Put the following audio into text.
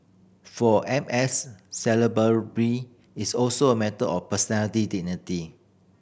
for M S Salisbury be it's also a matter of personality dignity